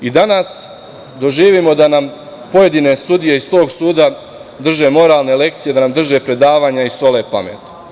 I danas doživimo da nam pojedine sudije iz tog suda drže moralne lekcije, da nam drže predavanja i sole pamet.